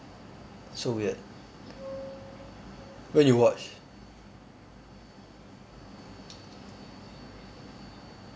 so weird when you watch